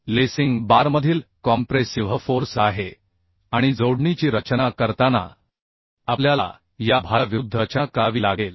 lacing बारमधील compressive force आहे आणि जोडणीची रचना करताना आपल्याला या भाराविरूद्ध रचना करावी लागेल